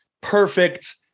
Perfect